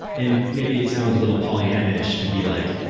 and maybe it sounds a little pollyannaish to be like,